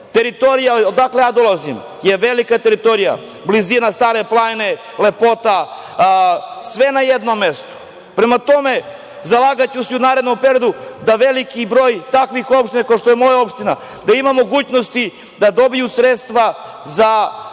Teritorija odakle ja dolazim je velika teritorija, blizina Stare planine, lepota, sve na jednom mestu. Prema tome, zalagaću se i u narednom periodu da veliki broj takvih opština, kao što je moja opština, da ima mogućnosti da dobiju sredstva za